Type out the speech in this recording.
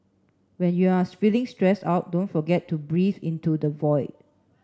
when you are feeling stress out don't forget to breathe into the void